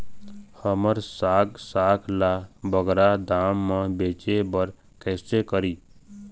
हमर साग साग ला बगरा दाम मा बेचे बर कइसे करी?